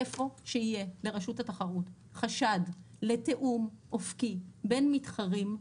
איפה שיהיה לרשות התחרות חשד לתיאום אופקי בין מתחרים,